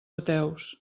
ateus